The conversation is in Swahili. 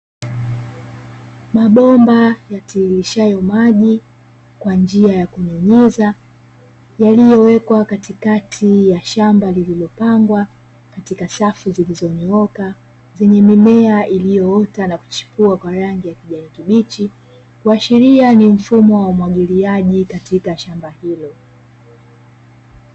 Mabomba yatiririshayo maji kwa njia ya kunyunyizia, yaliyowekwa katikati ya shamba lililopangwa, lenye safu zilizonyooka zenye mimea iliyoota na kuchipua kwa rangi ya kijani kibichi, kuashiria ni mfumo wa umwagiliaji katika shamba hilo.